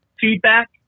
feedback